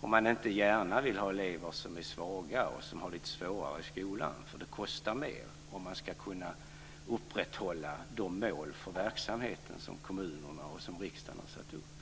Man vill inte gärna ha elever som är svaga och som har det lite svårare i skolan, eftersom det kostar mer om man ska kunna uppnå de mål för verksamheten som kommunerna och riksdagen har satt upp.